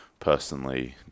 personally